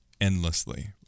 endlessly